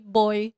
boy